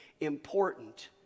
important